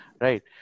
right